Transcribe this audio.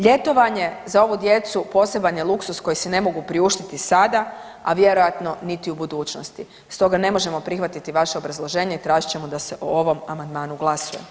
Ljetovanje za ovu djecu poseban je luksuz koji si ne mogu priuštiti sada, a vjerojatno niti u budućnosti, stoga ne možemo prihvatiti vaše obrazloženje i tražit ćemo da se o ovom amandmanu glasuje.